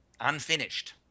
unfinished